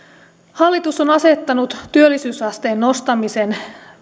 hallitus on asettanut työllisyysasteen nostamisen